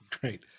Great